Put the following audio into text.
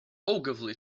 ogilvy